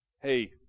hey